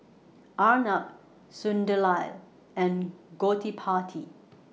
Arnab Sunderlal and Gottipati